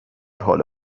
حال